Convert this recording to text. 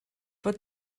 fod